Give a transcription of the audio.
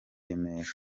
remera